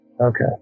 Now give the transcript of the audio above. Okay